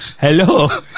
hello